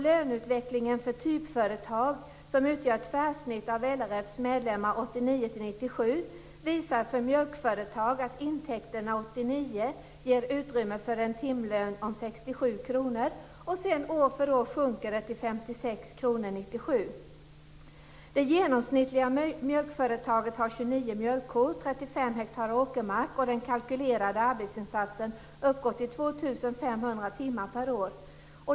Löneutvecklingen för typföretag som utgör ett tvärsnitt av LRF:s medlemmar 1989 till 1997 visar för mjölkföretag att intäkterna 1989 ger utrymme för en timlön om 67 kr. Sedan sjunker denna år för år till 56 kr år 1997. Det genomsnittliga mjölkföretaget har 29 mjölkkor och 35 hektar åkermark, och den kalkylerade arbetsinsatsen uppgår till 2 500 timmar per år.